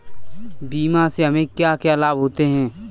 बीमा से हमे क्या क्या लाभ होते हैं?